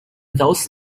those